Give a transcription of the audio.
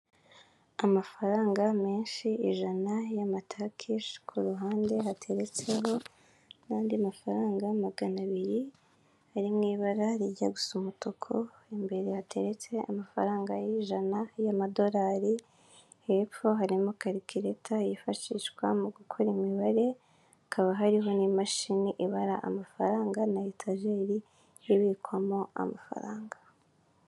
Amafaranga menshi ijana y'amatakishi ku ruhande hateretseho n'andi mafaranga magana abiri ari mu ibara rijya gusu umutuku imbere hateretse amafaranga y'ijana y'amadorari hepfo harimo karikireta yifashishwa mu gukora imibare hakaba hariho n'imashini ibara amafaranga na etageri ibikwamo amafaranga.